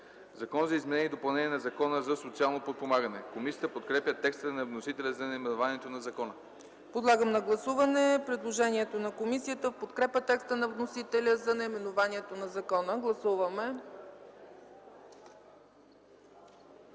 „Закон за изменение и допълнение на Закона за социално подпомагане”. Комисията подкрепя текста на вносителя за наименованието на закона. ПРЕДСЕДАТЕЛ ЦЕЦКА ЦАЧЕВА: Подлагам на гласуване предложението на комисията в подкрепа текста на вносителя за наименованието на закона. Гласували